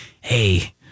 hey